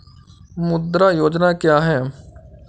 मुद्रा योजना क्या है?